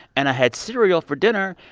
and i had cereal for dinner,